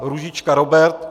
Růžička Robert